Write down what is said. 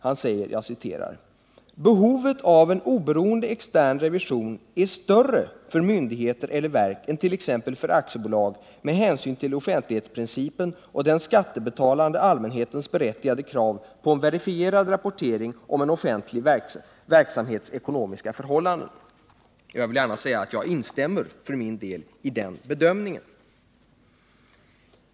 Han säger att ”behovet av en oberoende extern revision är större för myndigheter eller verk än t.ex. för aktiebolag med hänsyn till offentlighetsprincipen och den skattebetalande allmänhetens berättigade krav på en verifierad rapportering om en offentlig verksamhets ekonomiska förhållanden”. Jag vill för min del gärna säga att jag instämmer i den bedömningen.